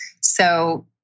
So-